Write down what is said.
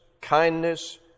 kindness